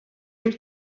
jim